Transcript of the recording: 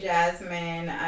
Jasmine